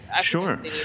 Sure